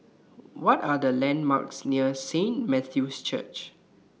What Are The landmarks near Saint Matthew's Church